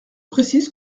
précise